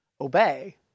Obey